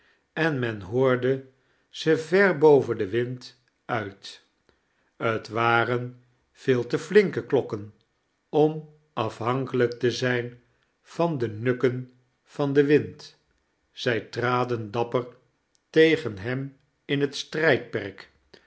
en men hoordie ze ver boven den wind uit t waren veel te flinke klokken om afhankelijk te zijn van de nukkeu van dien wind zij traden dapper tegen hem in het strijdperk